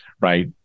right